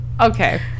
Okay